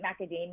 macadamia